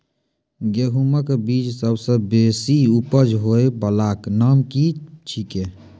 गेहूँमक बीज सबसे बेसी उपज होय वालाक नाम की छियै?